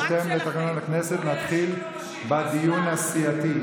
בהתאם לתקנות הכנסת, נתחיל בדיון הסיעתי.